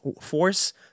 force